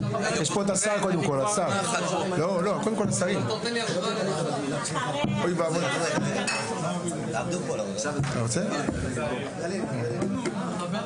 אז מערכת החינוך הולכת לעבור רפורמה מאוד גדולה ולכן